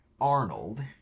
Arnold